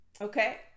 okay